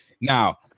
Now